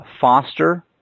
foster